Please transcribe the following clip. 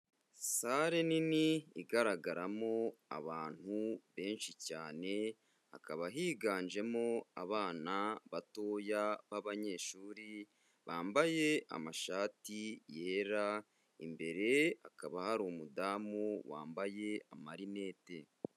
Sale nini igaragaramo abantu benshi cyane, hakaba higanjemo abana batoya b'abanyeshuri bambaye amashati yera, imbere hakaba hari umudamu wambaye amarinete.